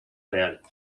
real